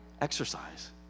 Exercise